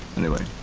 anyway.